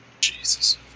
Jesus